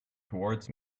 towards